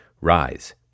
rise